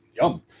yum